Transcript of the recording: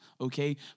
Okay